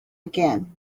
again